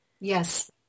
yes